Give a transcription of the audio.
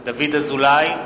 דוד אזולאי,